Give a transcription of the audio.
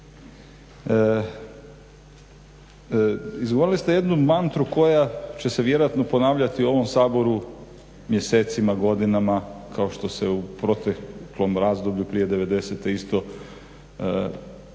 Izgovorili ste jednu mantru koja će se vjerojatno ponavljati u ovom Saboru mjesecima, godinama kao što se u proteklom razdoblju prije '90-e isto izgovarala